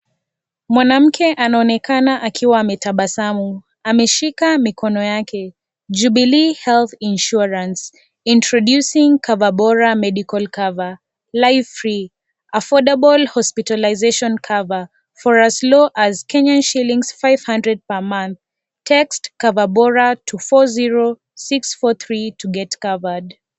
Mwanamke anaonekana akiwa ametabasamu ameshika mikono yake, Jubilee Health Insurance introducing cover bora medical cover, life free affordable hospitalization cover for as low as, Kenya shillings five hundred per month Text cover bora to 40643 to get covered .